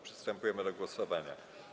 Przystępujemy do głosowania.